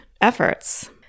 efforts